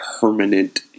permanent